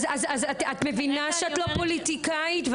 אז את מבינה שאת לא פוליטיקאית.